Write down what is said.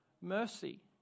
mercy